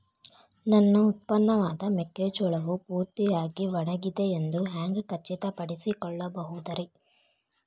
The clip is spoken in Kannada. ನನ್ನ ಉತ್ಪನ್ನವಾದ ಮೆಕ್ಕೆಜೋಳವು ಪೂರ್ತಿಯಾಗಿ ಒಣಗಿದೆ ಎಂದು ಹ್ಯಾಂಗ ಖಚಿತ ಪಡಿಸಿಕೊಳ್ಳಬಹುದರೇ?